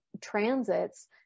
transits